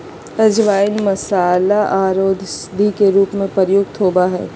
अजवाइन मसाला आर औषधि के रूप में प्रयुक्त होबय हइ